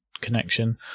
connection